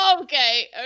okay